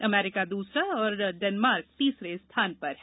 अमरीका दूसरे और डेनमार्क तीसरे स्थान पर है